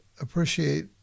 appreciate